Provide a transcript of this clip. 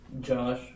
Josh